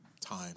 time